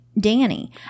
Danny